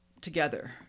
together